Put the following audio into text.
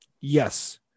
Yes